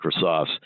Microsofts